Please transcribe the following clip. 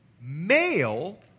male